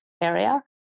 area